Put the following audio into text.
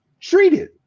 treated